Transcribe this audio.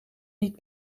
niet